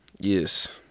Yes